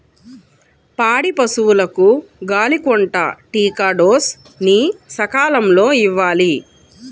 పాడి పశువులకు గాలికొంటా టీకా డోస్ ని సకాలంలో ఇవ్వాలి